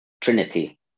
Trinity